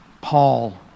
Paul